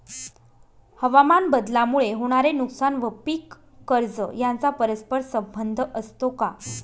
हवामानबदलामुळे होणारे नुकसान व पीक कर्ज यांचा परस्पर संबंध असतो का?